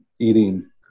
eating